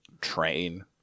train